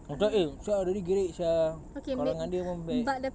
I thought eh sia ah dini gerek sia kalau dengan dia pun best